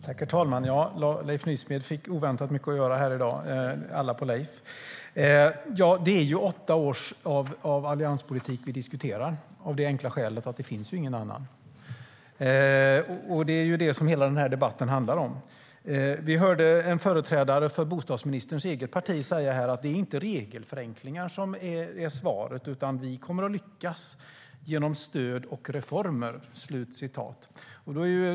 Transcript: Herr talman! Leif Nysmed fick oväntat mycket att göra här i dag - det blev alla på Leif.Vi hörde en företrädare för bostadsministerns eget parti säga att det inte är regelförenklingar som är svaret utan att man kommer att lyckas genom stöd och reformer.